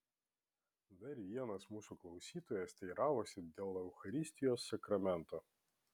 dar vienas mūsų klausytojas teiravosi dėl eucharistijos sakramento